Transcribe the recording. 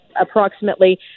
approximately